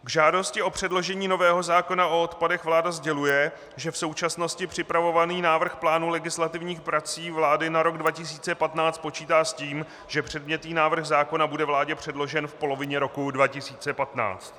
K žádosti o předložení nového zákona o odpadech vláda sděluje, že v současnosti připravovaný návrh plánů legislativních prací vlády na rok 2015 počítá s tím, že předmětný návrh zákona bude vládě předložen v polovině roku 2015.